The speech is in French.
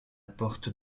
porte